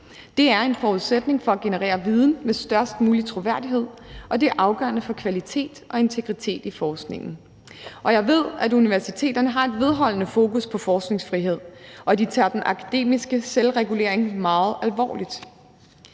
Det er en forudsætning for at generere viden med størst mulig troværdighed, og det er afgørende for kvalitet og integritet i forskningen. Jeg ved, at universiteterne har et vedholdende fokus på forskningsfrihed, og at de tager den akademiske selvregulering meget alvorligt.